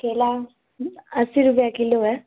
केला अस्सी रुपया किलो है